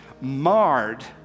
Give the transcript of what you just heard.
marred